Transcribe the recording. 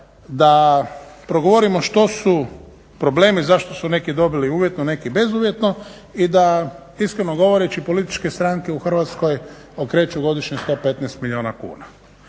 da progovorimo što su problemi zašto su neki dobili uvjetno neki bezuvjetno i da iskreno govoreći političke stranke u Hrvatskoj okreću godišnje 115 milijuna kuna.